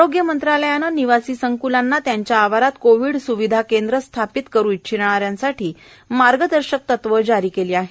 आरोग्य मंत्रालयाने निवासी संक्लांना त्यांच्या आवारात कोविड स्विधा केंद्र स्थापित करू इच्छिणा यांसाठी मार्गदर्शक तत्त्वे जारी केली आहेत